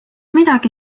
midagi